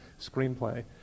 screenplay